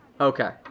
Okay